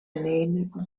egindako